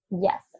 Yes